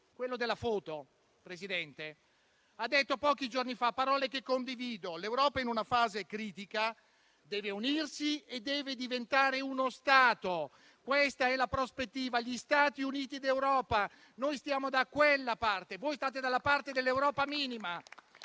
quello della foto, Presidente, ha detto pochi giorni fa parole che condivido: l'Europa in una fase critica deve unirsi e deve diventare uno Stato. Questa è la prospettiva: gli Stati Uniti d'Europa. Noi stiamo da quella parte, voi state dalla parte dell'Europa minima,